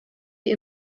die